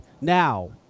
Now